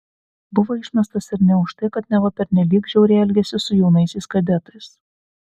buvo išmestas ir ne už tai kad neva pernelyg žiauriai elgėsi su jaunaisiais kadetais